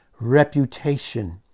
reputation